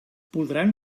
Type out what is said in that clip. podran